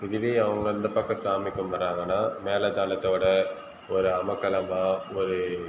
இதுவே அவங்க அந்த பக்கம் சாமி கும்பிட்றாங்கன்னா மேளதாளத்தோடய ஒரு அமர்க்களமா ஒரு